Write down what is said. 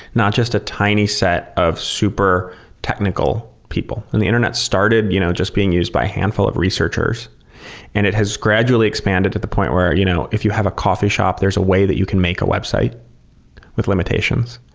not just a tiny set of super technical people. when the internet started, it's you know just being used by a handful of researchers and it has gradually expanded to the point where you know if you have a coffee shop, there's a way that you can make a website with limitations.